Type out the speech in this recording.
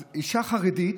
אז אישה חרדית